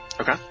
Okay